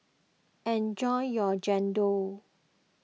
enjoy your Chendol